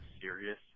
serious